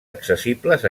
accessibles